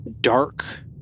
dark